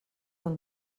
del